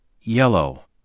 yellow